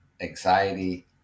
anxiety